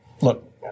Look